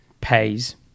pays